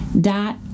dot